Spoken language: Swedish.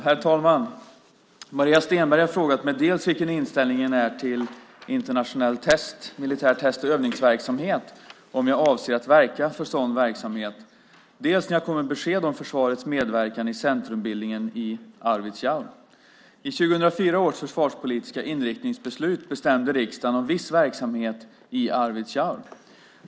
Herr talman! Maria Stenberg har frågat mig dels vilken min inställning är till internationell militär test och övningsverksamhet och om jag avser att verka för sådan verksamhet, dels när jag kommer med besked om försvarets medverkan i centrumbildningen i Arvidsjaur. I 2004 års försvarspolitiska inriktningsbeslut bestämde riksdagen om viss verksamhet i Arvidsjaur .